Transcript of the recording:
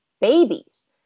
babies